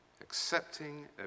accepting